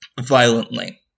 violently